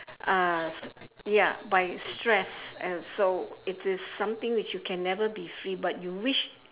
uh ya by stress and so it is something which you can never be free but you wish